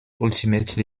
ultimately